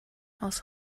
aus